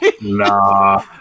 Nah